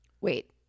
wait